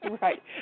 Right